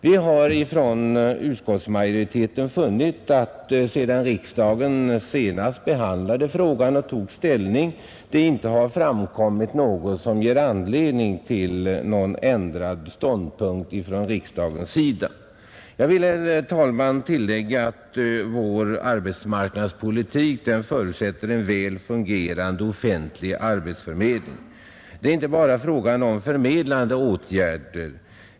Vi har från utskottsmajoriteten funnit att sedan riksdagen senast behandlade frågan och tog ställning det inte har framkommit något som ger anledning till någon ändrad ståndpunkt från riksdagens sida. Jag vill, herr talman, tillägga att vår arbetsmarknadspolitik förutsätter en väl fungerande offentlig arbetsförmedling. Det är inte bara fråga om förmedlande åtgärder.